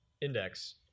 index